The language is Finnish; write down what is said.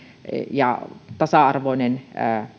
ja tasa arvoinen